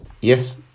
yes